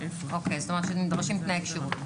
אוקיי, זאת אומרת שנדרשים תנאי כשירות.